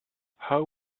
how